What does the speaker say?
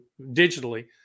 digitally